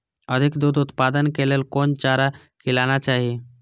अधिक दूध उत्पादन के लेल कोन चारा खिलाना चाही?